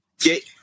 Get